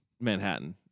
Manhattan